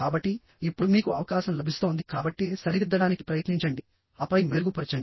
కాబట్టి ఇప్పుడు మీకు అవకాశం లభిస్తోంది కాబట్టి సరిదిద్దడానికి ప్రయత్నించండి ఆపై మెరుగుపరచండి